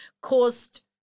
caused